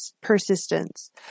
persistence